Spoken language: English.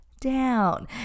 down